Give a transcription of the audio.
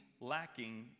lacking